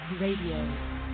Radio